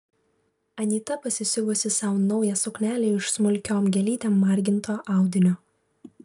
anyta pasisiuvusi sau naują suknelę iš smulkiom gėlytėm marginto audinio